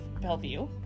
Bellevue